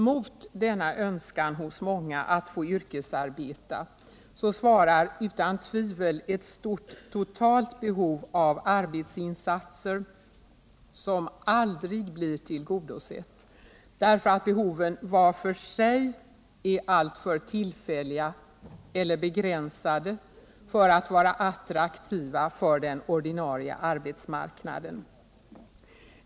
Mot denna önskan hos många att få yrkesarbeta svarar utan tvivel ett stort totalt behov av arbetsinsatser som aldrig blir tillgodosett, därför att behoven var för sig är alltför tillfälliga eller begränsade för att vara attraktiva för den ordinarie arbetsmarknaden.